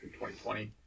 2020